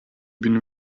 been